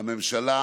הממשלה